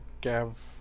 gav